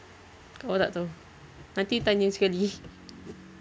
kalau awak tak tahu nanti tanya sekali